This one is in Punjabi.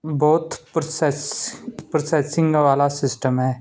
ਬਹੁਤ ਪ੍ਰੋਸੈਸ ਪ੍ਰੋਸੈਸਿੰਗ ਵਾਲਾ ਸਿਸਟਮ ਹੈ